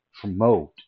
promote